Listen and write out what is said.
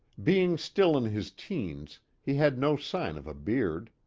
being still in his teens, he had no sign of a beard.